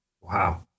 Wow